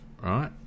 right